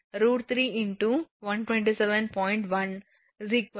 14 kV